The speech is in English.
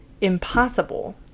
impossible